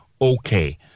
Okay